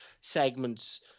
segments